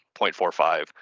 0.45